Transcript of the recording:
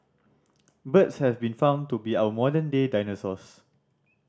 birds have been found to be our modern day dinosaurs